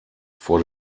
vor